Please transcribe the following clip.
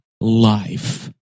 life